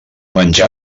menja